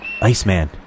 Iceman